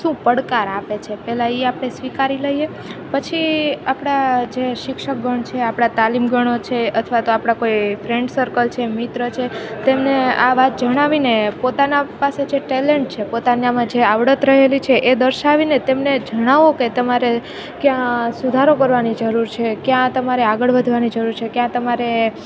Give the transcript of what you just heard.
શું પડકાર આપે છે પહેલે એ આપણે સ્વીકારી લઈએ પછી આપણા જે શિક્ષકગણ છે આપડા તાલીમગણો છે અથવા તો આપડા કોઈ ફ્રેન્ડ સર્કલ છે મિત્ર છે તેમને આ વાત જણાવીને પોતાના પાસે જે ટેલેન્ટ છે પોતાનામાં જે આવડત રહેલી છે એ દર્શાવીને તેમને જણાવો કે તમારે ક્યાં સુધારો કરવાની જરૂર છે ક્યાં તમારે આગળ વધવાની જરૂર છે ક્યાં તમારે